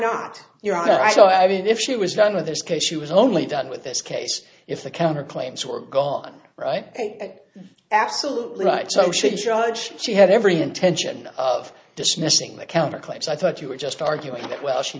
so i mean if she was done with this case she was only done with this case if the counter claims were gone right and absolutely right so should judge she had every intention of dismissing the counter claims i thought you were just arguing that well she